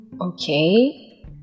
Okay